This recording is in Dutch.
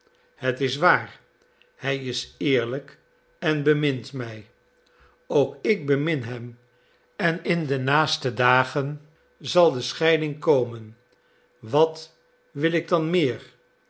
het is waar hij is eerlijk en bemint mij ook ik bemin hem en in de naaste dagen zal de scheiding komen wat wil ik dan meer